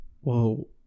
Whoa